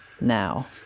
now